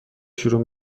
شروع